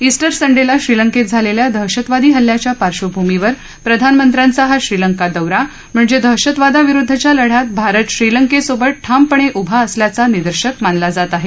Easter संडेला श्रीलंकेत झालेल्या दहशतवादी हल्ल्याच्या पार्डभूमीवर प्रधानमंत्र्यांचा हा श्रीलंका दौरा म्हणजे दहशतवादाविरूद्वच्या लढ्यात भारत श्रीलंकेसोबत ठामपणे उभा असल्याचा निदर्शक मानला जात आहे